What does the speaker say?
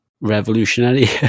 revolutionary